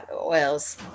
oils